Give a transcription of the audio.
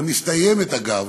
המסתיימת, אגב,